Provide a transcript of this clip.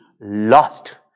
lost